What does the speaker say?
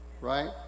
right